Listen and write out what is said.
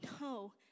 No